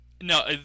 No